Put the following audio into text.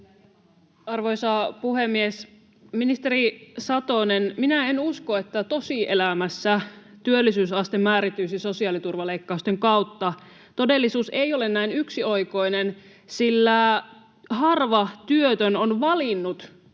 Arvoisa puhemies! Ministeri Satonen, minä en usko, että tosielämässä työllisyysaste määrittyisi sosiaaliturvaleikkausten kautta. Todellisuus ei ole näin yksioikoinen, sillä harva työtön on valinnut